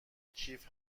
کیف